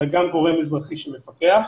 אלא גם גורם אזרחי שמפקח.